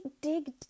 dig